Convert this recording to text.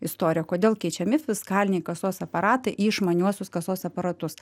istoriją kodėl keičiami fiskaliniai kasos aparatai į išmaniuosius kasos aparatus